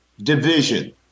division